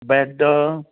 bed